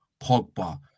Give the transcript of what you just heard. Pogba